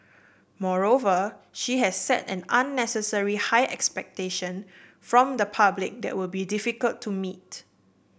moreover she has set an unnecessary high expectation from the public that would be difficult to meet